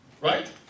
Right